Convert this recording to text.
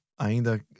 ainda